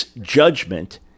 judgment